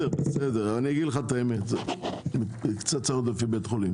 אני אגיד לך את האמת, יש דברים אחרים